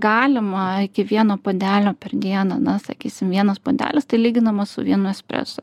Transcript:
galima iki vieno puodelio per dieną na sakysim vienas puodelis tai lyginamas su vienu espreso